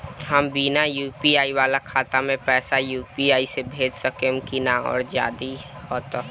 हम बिना यू.पी.आई वाला खाता मे पैसा यू.पी.आई से भेज सकेम की ना और जदि हाँ त कईसे?